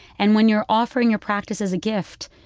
and when you're offering your practice as a gift,